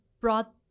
brought